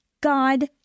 God